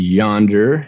yonder